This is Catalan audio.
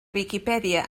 viquipèdia